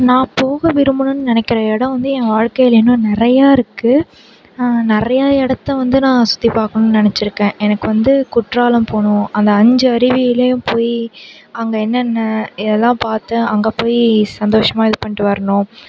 நான் போக விரும்புணுன்னு நினைக்கிற இடம் வந்து என் வாழ்கையில் இன்னும் நிறையா இருக்குது நிறையா இடத்த வந்து நான் சுற்றி பார்க்கணுனு நினைச்சிருக்கேன் எனக்கு வந்து குற்றாலம் போகணும் அந்த அஞ்சு அருவியிலேயும் போய் அங்கே என்னென்ன எல்லாம் பார்த்து அங்கே போய் சந்தோஷமாக இது பண்ணிட்டு வரணும்